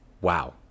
wow